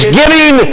giving